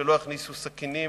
שלא יכניסו סכינים,